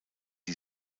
die